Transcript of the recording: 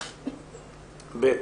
ב',